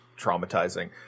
traumatizing